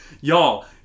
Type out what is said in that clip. Y'all